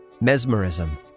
Mesmerism